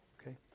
Okay